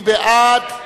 מי בעד?